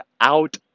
out